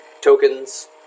tokens